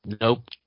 Nope